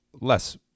less